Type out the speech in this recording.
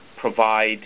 provide